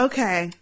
Okay